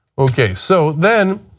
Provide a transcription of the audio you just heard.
okay, so then